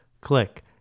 click